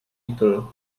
little